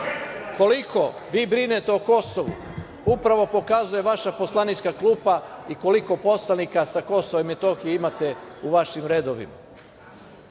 koliko vi brinete o Kosovu upravo pokazuje vaša poslanička klupa i koliko poslanika sa Kosova i Metohije imate u vašim redovima. Na